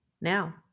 now